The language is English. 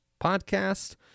podcast